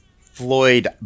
Floyd